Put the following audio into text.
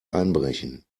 einbrechen